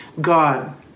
God